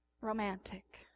romantic